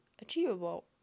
Achievable